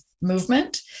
movement